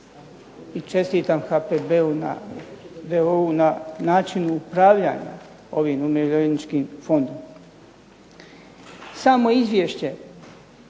I čestitam HPB-u na načinu upravljanja ovim umirovljeničkim fondom. Samo izviješće